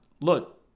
look